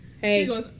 Hey